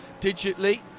digitally